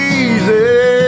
easy